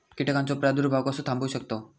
कीटकांचो प्रादुर्भाव कसो थांबवू शकतव?